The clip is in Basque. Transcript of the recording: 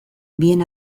bien